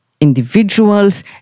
individuals